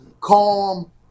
calm